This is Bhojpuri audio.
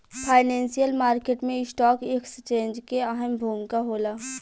फाइनेंशियल मार्केट में स्टॉक एक्सचेंज के अहम भूमिका होला